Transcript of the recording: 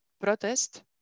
protest